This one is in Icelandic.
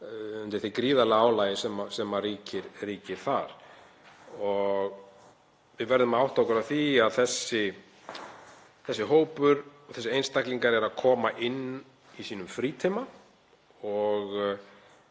undir því gríðarlega álagi sem er þar. Við verðum að átta okkur á því að þessi hópur, þessir einstaklingar, er að koma inn í sínum frítíma og